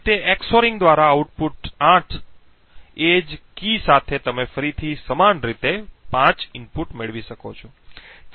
તો ફરીથી આ રીતે EX ORing દ્વારા આઉટપુટ 8 એ જ કી સાથે તમે ફરીથી સમાન રીતે 5 ઇનપુટ મેળવી શકો